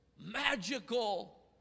magical